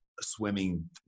swimming